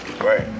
Right